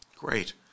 Great